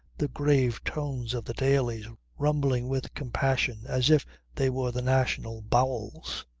the grave tones of the dailies rumbling with compassion as if they were the national bowels.